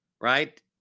Right